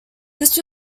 this